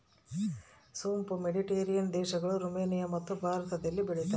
ಸೋಂಪು ಮೆಡಿಟೇರಿಯನ್ ದೇಶಗಳು, ರುಮೇನಿಯಮತ್ತು ಭಾರತದಲ್ಲಿ ಬೆಳೀತಾರ